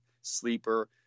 sleeper